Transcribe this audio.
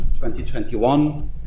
2021